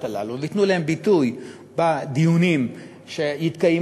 הללו וייתנו להן ביטוי בדיונים שיתקיימו,